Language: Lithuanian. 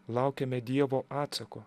laukiame dievo atsako